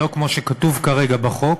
לא כמו שכתוב כרגע בחוק,